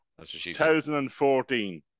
2014